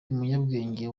umunyabwenge